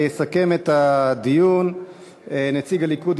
יסכם את הדיון נציג הליכוד,